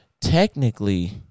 Technically